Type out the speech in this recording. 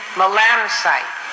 melanocyte